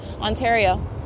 ontario